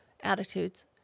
attitudes